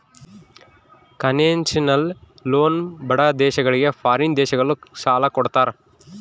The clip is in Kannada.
ಕನ್ಸೇಷನಲ್ ಲೋನ್ ಬಡ ದೇಶಗಳಿಗೆ ಫಾರಿನ್ ದೇಶಗಳು ಸಾಲ ಕೊಡ್ತಾರ